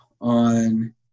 on